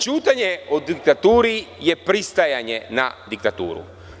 Ćutanje o diktaturi je pristajanje na diktaturu.